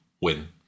win